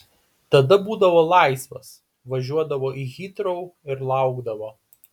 tada būdavo laisvas važiuodavo į hitrou ir laukdavo